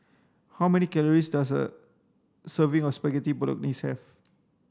how many calories does a serving of Spaghetti Bolognese have